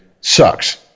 sucks